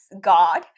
god